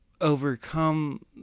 overcome